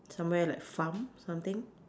somewhere like farm something